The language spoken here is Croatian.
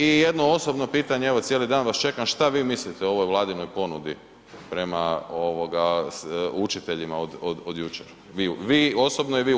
I jedno osobno pitanje, evo cijeli dan vas čekam, šta vi mislite o ovoj Vladinoj ponudi prema ovoga učiteljima od jučer, vi osobno i vi u HNS-u?